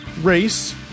race